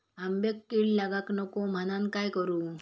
आंब्यक कीड लागाक नको म्हनान काय करू?